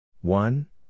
One